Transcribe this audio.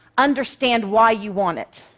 understand why you want it.